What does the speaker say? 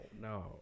no